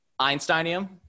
Einsteinium